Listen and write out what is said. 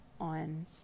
on